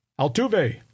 Altuve